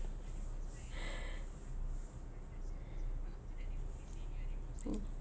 mm